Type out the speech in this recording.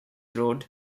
road